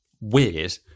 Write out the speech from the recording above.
weird